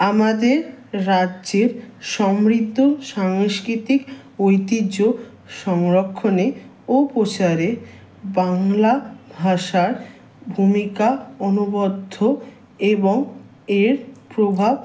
আমাদের রাজ্যের সমৃদ্ধ সাংস্কৃতিক ঐতিহ্য সংরক্ষণে ও প্রচারে বাংলা ভাষার ভূমিকা অনবদ্য এবং এর প্রভাব